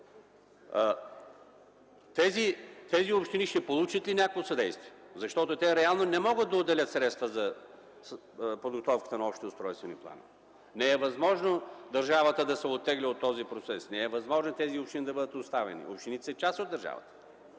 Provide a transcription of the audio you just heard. Тези общини ще получат ли някакво съдействие? Защото те реално не могат да отделят средства за подготовката на общите устройствени планове. Не е възможно държавата да се оттегли от този процес. Не е възможно тези общини да бъдат изоставени, ако някой каже: „Абе, да